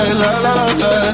la-la-la-la